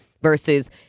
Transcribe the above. versus